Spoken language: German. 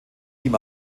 ihm